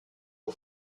auf